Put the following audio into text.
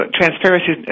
transparency